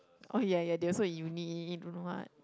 oh ya ya they also in uni don't know what